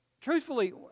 truthfully